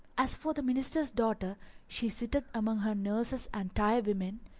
as for the minister's daughter she sitteth among her nurses and tirewomen,